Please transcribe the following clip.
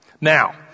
Now